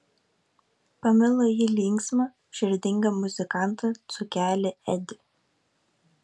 pamilo ji linksmą širdingą muzikantą dzūkelį edį